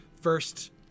First